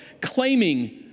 claiming